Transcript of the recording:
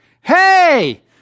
Hey